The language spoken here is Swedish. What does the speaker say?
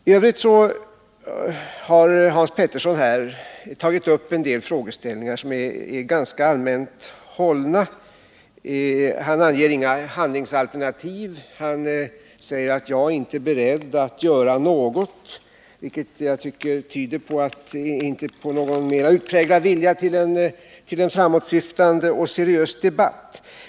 I övrigt har Hans Petersson tagit upp en del frågeställningar som är ganska allmänt hållna. Han anger inga handlingsalternativ. Han säger att jag inte är beredd att göra något, vilket inte tyder på någon mer utpräglad vilja till framåtsyftande och seriös debatt.